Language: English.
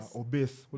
obese